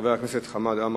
חבר הכנסת חמד עמאר,